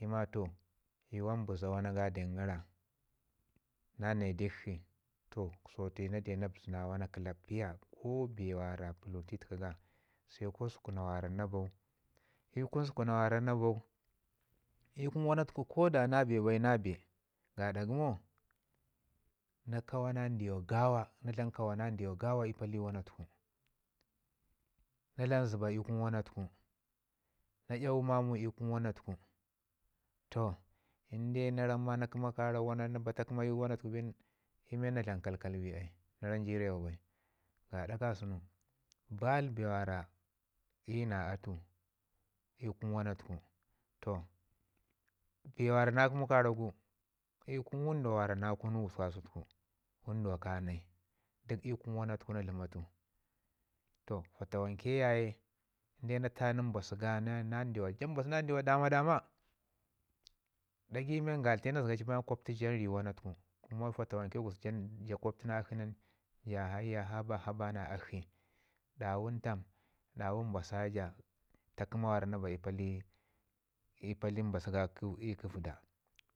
i ma to i ma yuwan bəz wana ga den gara nan nayi dikshi so tai na deu na bəza na wana ga den gara so tai na deu na. Bəzina wana kakapiya go bee wara pulati təka ga sai dai sukana mi wara na bau i kun wana tuku ko da na bee bai na bee gaɗu gomo na kawa na ndiwa gawa na lan kawana ndiwa gawa i kun wana tuku. Na dam zəba ikun wana tuku na iyawi maman i kun wana tuku toh na romm ma na kəma karak wana tuku bin i men na dlam kakul bai na ram jirewa bai. craɗa ka sunu bal bee wara ina atu ikun wana tuku, toh bee wara na kəmu karak ga ikun wanduwa mi na kunu gu gususku kasan wanduwau ka nai duk i kun wuna tuku na dlama tu toh fatawanke ya ye inde na tanu mbasu ya na dawa nin ja mbasu na ndiwa dama- dama dagei. me gare na zəga ci bai kwabtu ja nin ri wana tuku, ja kwabta na akshi nin ja haba haba na akshi dawun tam dawun mbasa ja ta kəma mi na ba i mbasu ga kə vəda